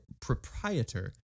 proprietor